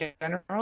general